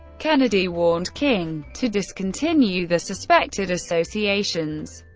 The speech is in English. kennedy warned king to discontinue the suspected associations.